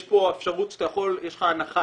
יש פה אפשרות להנחה,